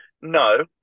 no